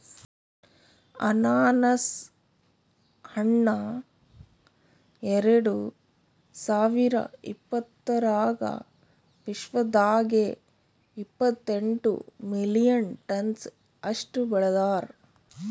ಅನಾನಸ್ ಹಣ್ಣ ಎರಡು ಸಾವಿರ ಇಪ್ಪತ್ತರಾಗ ವಿಶ್ವದಾಗೆ ಇಪ್ಪತ್ತೆಂಟು ಮಿಲಿಯನ್ ಟನ್ಸ್ ಅಷ್ಟು ಬೆಳದಾರ್